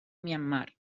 myanmar